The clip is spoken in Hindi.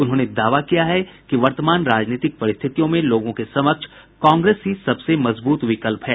उन्होंने दावा किया है कि वर्तमान राजनीतिक परिस्थितियों में लोगों के समक्ष कांग्रेस ही सबसे मजबूत विकल्प है